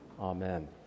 Amen